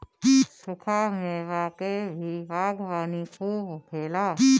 सुखा मेवा के भी बागवानी खूब होखेला